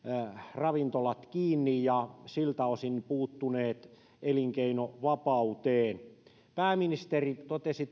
ravintolat kiinni ja siltä osin puuttuneet elinkeinovapauteen pääministeri totesi